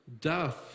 Death